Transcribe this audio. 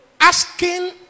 asking